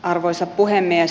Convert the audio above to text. arvoisa puhemies